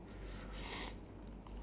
near the castle there's a